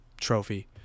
trophy